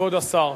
כבוד השר,